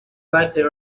likely